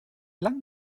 lang